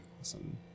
Awesome